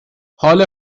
حال